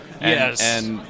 Yes